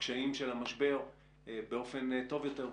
בקשיים של המשבר באופן טוב יותר,